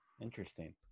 Interesting